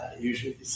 Usually